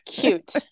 cute